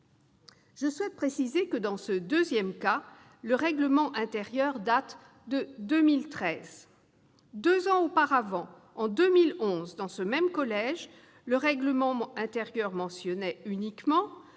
» Je précise que, dans ce deuxième cas, le règlement intérieur date de 2013. Deux ans auparavant, en 2011, dans ce même collège, le règlement intérieur portait seulement